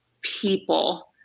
people